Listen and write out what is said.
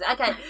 okay